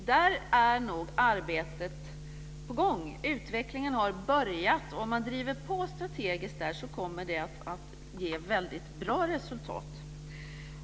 Där är arbetet på gång. Utvecklingen har börjat. Om man driver på strategiskt där kommer det att ge väldigt bra resultat.